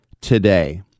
today